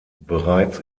bereits